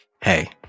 Hey